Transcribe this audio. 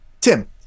Tim